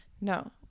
no